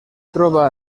troba